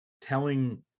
telling